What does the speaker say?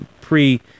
pre